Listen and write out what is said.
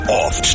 off